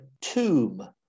tomb